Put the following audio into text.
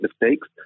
mistakes